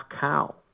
cow